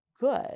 good